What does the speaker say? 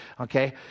Okay